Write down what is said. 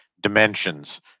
dimensions